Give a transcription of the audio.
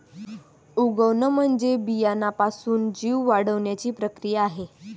उगवण म्हणजे बियाण्यापासून जीव वाढण्याची प्रक्रिया आहे